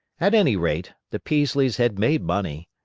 at any rate, the peaslees had made money.